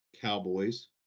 Cowboys